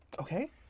Okay